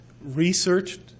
researched